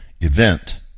event